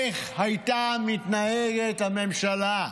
איך הייתה מתנהגת הממשלה?